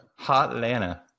Hotlanta